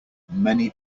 many